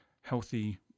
healthy